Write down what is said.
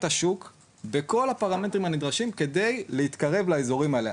השוק בכל הפרמטרים הנדרשים על מנת שנוכל להתקרב לאזורים האלה.